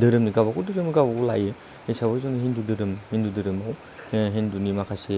धोरोमनि गावबागाव धोरोमनि गावबागाव लायो बे हिसाबाव जोंनि हिन्दु धोरोम हिन्दु धोरोम हख हिन्दुनि माखासे